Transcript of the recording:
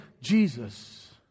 Jesus